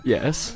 Yes